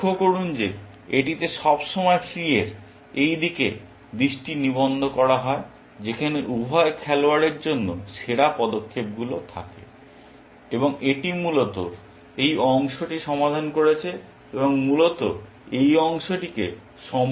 লক্ষ্য করুন যে এটিতে সবসময় ট্রির এই দিকে দৃষ্টি নিবদ্ধ করা হয় যেখানে উভয় খেলোয়াড়ের জন্য সেরা পদক্ষেপগুলি থাকে এবং এটি মূলত এই অংশটি সমাধান করেছে এবং মূলত এই অংশটিকে সম্পূর্ণরূপে উপেক্ষা করেছে